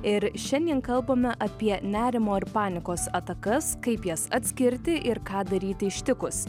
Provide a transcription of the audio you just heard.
ir šiandien kalbame apie nerimo ir panikos atakas kaip jas atskirti ir ką daryti ištikus